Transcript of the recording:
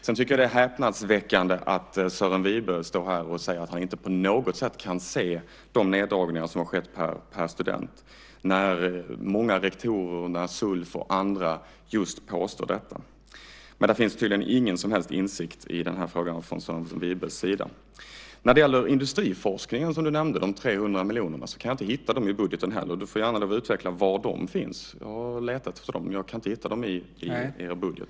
Det är häpnadsväckande att Sören Wibe står här och säger att han inte kan se de neddragningar per student som skett fastän många rektorer, Sulf och andra påstår just detta. Det finns tydligen ingen som helst insikt i den här frågan från Sören Wibes sida. När det gäller den industriforskning som du nämnde, de 300 miljonerna, kan jag inte hitta dem heller i budgeten. Du får gärna utveckla var de finns. Jag har letat men kan inte hitta dem i er budget.